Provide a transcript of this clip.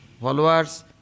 followers